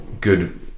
good